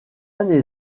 année